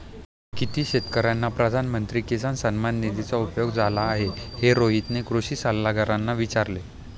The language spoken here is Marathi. किती शेतकर्यांना प्रधानमंत्री किसान सन्मान निधीचा उपयोग झाला आहे, हे रोहितने कृषी सल्लागारांना विचारले